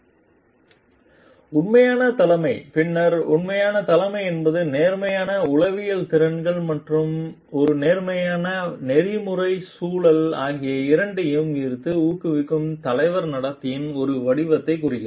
slide நேரம் 3025 பார்க்கவும் உண்மையான தலைமை பின்னர் உண்மையான தலைமை என்பது நேர்மறையான உளவியல் திறன்கள் மற்றும் ஒரு நேர்மறையான நெறிமுறை சூழல் ஆகிய இரண்டையும் ஈர்த்து ஊக்குவிக்கும் தலைவர் நடத்தையின் ஒரு வடிவத்தைக் குறிக்கிறது